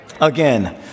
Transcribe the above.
again